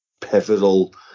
pivotal